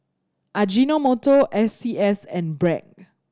Ajinomoto S C S and Bragg